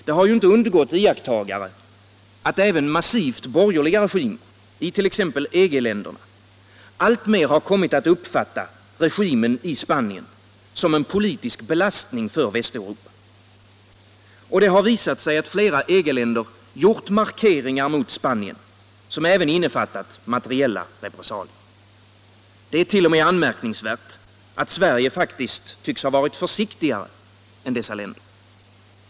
Det har inte undgått iakttagare att även massivt borgerliga regimer i t.ex. EG-länderna alltmer har kommit att uppfatta regimen i Spanien som en politisk belastning för Västeuropa. Det har visat sig att flera EG-länder gjort markeringar mot Spanien, som även innefattat materiella repressalier. Det är t.o.m. anmärkningsvärt att Sverige faktiskt tycks ha varit försiktigare än dessa länder.